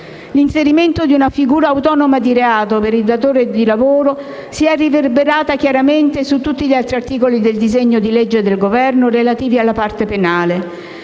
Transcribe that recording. L'inserimento di una figura autonoma di reato per il datore di lavoro si è riverberata chiaramente su tutti gli altri articoli del disegno di legge del Governo relativi alla parte penale.